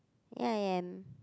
ya I am